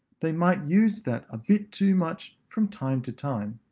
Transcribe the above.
they might use that a bit too much from time to time.